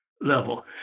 level